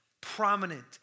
prominent